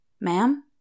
Ma'am